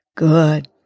Good